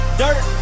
dirt